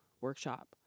workshop